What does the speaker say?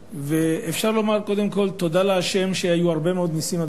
ואפשר לומר קודם כול תודה לה'; היו הרבה מאוד נסים,